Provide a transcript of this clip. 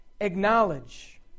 acknowledge